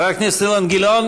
חבר הכנסת אילן גילאון,